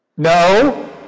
No